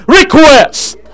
request